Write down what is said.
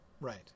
Right